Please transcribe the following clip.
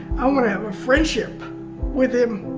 i want to have a friendship with him!